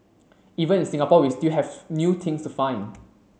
even in Singapore we still have new things to find